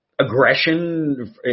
aggression